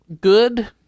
good